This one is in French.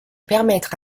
permettre